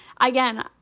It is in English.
again